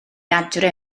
adre